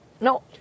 No